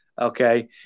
Okay